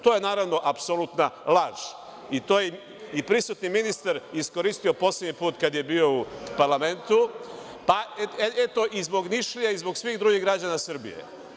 To je naravno apsolutna laž i prisutni ministar je to iskoristio poslednji put kada je bio u parlamentu, ali eto i zbog Nišlija i zbog svih drugih građana Srbije.